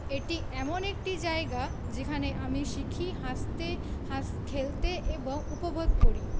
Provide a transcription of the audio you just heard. এটি এমন একটি জায়গা যেখানে আমি শিখি হাঁসতে খেলতে এবং উপভোগ করি